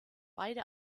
beide